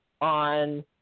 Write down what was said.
on